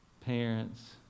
parents